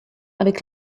avec